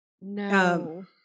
No